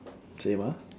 same ah